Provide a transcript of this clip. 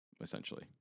essentially